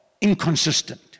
inconsistent